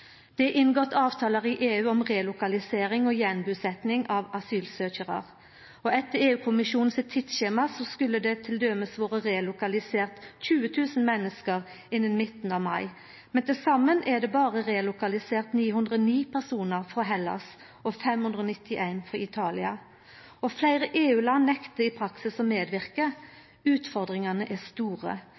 Det er inngått avtalar i EU om relokalisering og gjenbusetjing av asylsøkjarar. Etter EU-kommisjonens tidsskjema skulle det t.d. vore relokalisert 20 000 menneske innan midten av mai. Men til saman er det berre relokalisert 909 personar frå Hellas og 591 frå Italia. Og fleire EU-land nektar i praksis å medverka. Utfordringane er store.